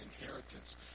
inheritance